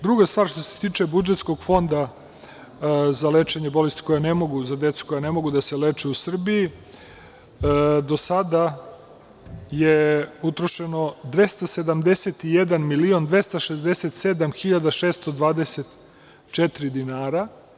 Druga stvar što se tiče budžetskog Fonda za lečenje bolesti za decu koja ne mogu da se leče u Srbiji, do sada je utrošeno 271.267.624 dinara.